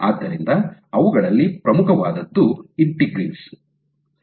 ಆದ್ದರಿಂದ ಅವುಗಳಲ್ಲಿ ಪ್ರಮುಖವಾದದ್ದು ಇಂಟಿಗ್ರೀನ್ ಗಳು